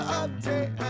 update